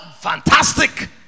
Fantastic